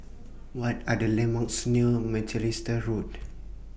What Are The landmarks near Macalister Road